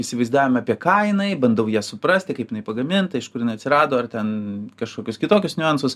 įsivaizdavimą apie ką jinai bandau ją suprasti kaip jinai pagaminta iš kur jinai atsirado ar ten kažkokius kitokius niuansus